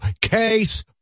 case